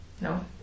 No